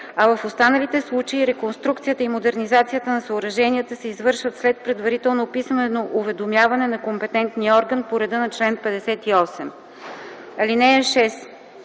а в останалите случаи реконструкцията и модернизацията на съоръженията се извършва след предварително писмено уведомяване на компетентния орган по реда на чл. 58.